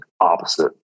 opposite